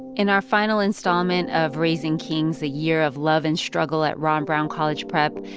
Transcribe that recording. in our final installment of raising kings a year of love and struggle at ron brown college prep,